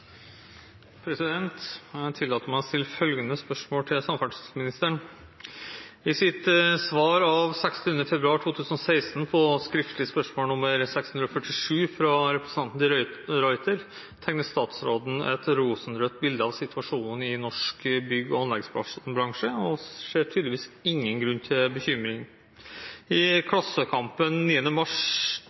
til samferdselsministeren: «I sitt svar 26. februar 2016 på skriftlig spørsmål nr. 647 fra representanten de Ruiter, tegner statsråden et rosenrødt bilde av situasjonen i norsk bygg- og anleggsbransje, og ser tydeligvis ingen grunn til bekymring. I Klassekampen 9. mars